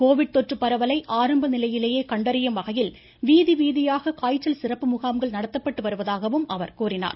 Covid தொற்று பரவலை ஆரம்ப நிலையிலேயே கண்டறியும் வகையில் வீதி வீதியாக காய்ச்சல் சிறப்பு முகாம்கள் நடத்தப்பட்டு வருவதாகவும் அமைச்சா் கூறினார்